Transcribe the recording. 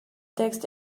text